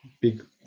big